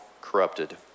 corrupted